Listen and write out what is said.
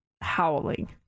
howling